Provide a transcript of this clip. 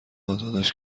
ازادش